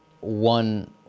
one